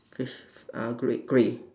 facia~ uh grey grey